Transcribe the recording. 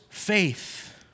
faith